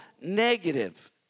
negative